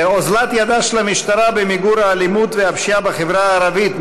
אוזלת ידה של המשטרה במיגור האלימות והפשיעה בחברה הערבית,